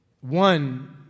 One